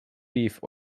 beef